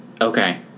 okay